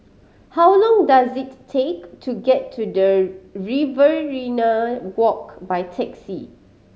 how long does it take to get to the Riverina Walk by taxi